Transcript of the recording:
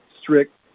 strict